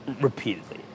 repeatedly